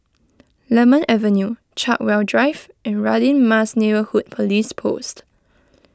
Lemon Avenue Chartwell Drive and Radin Mas Neighbourhood Police Post